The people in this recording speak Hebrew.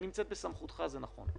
היא נמצאת בסמכותך, זה נכון.